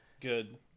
Good